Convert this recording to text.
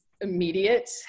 immediate